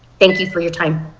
thank you for your time?